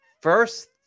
first